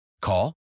Call